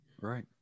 Right